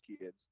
kids